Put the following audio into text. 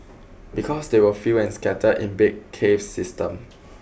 because they are few and scattered in big cave system